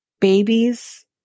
babies